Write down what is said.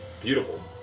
Beautiful